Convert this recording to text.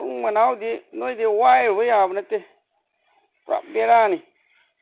ꯃꯇꯨꯡ ꯃꯅꯥꯎꯗꯤ ꯅꯣꯏꯗꯒꯤ ꯋꯥꯏꯔꯨꯕ ꯌꯥꯕ ꯅꯠꯇꯦ ꯄꯨꯔꯥ ꯕꯦꯔꯥꯅꯤ